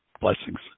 Blessings